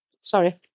Sorry